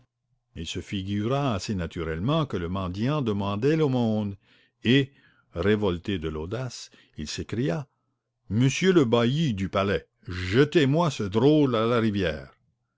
il se figura assez naturellement que le mendiant demandait l'aumône et révolté de l'audace il s'écria monsieur le bailli du palais jetez moi ce drôle à la rivière